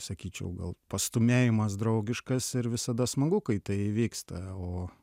sakyčiau gal pastūmėjimas draugiškas ir visada smagu kai tai įvyksta o